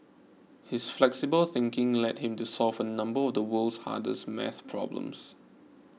his flexible thinking led him to solve a number of the world's hardest math problems